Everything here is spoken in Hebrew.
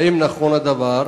האם נכון הדבר?